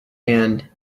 and